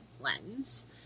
lens